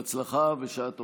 (חותם על ההצהרה) בהצלחה ובשעה טובה.